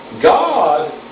God